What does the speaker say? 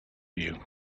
you